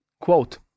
quote